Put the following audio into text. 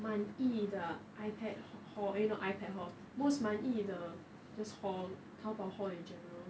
满意的 ipad haul eh no not ipad haul most 满意的 just haul 淘宝 haul in general